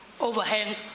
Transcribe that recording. overhang